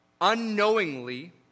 unknowingly